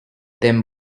them